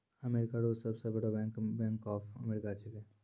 America रो सब से बड़ो बैंक बैंक ऑफ अमेरिका छैकै